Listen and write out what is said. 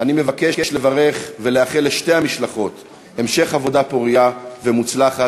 אני מבקש לברך ולאחל לשתי המשלחות המשך עבודה פורייה ומוצלחת.